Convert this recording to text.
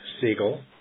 Siegel